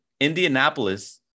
Indianapolis